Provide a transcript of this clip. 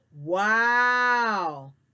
Wow